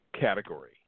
Category